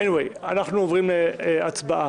אנחנו עוברים להצבעה.